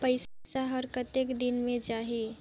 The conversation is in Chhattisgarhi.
पइसा हर कतेक दिन मे जाही?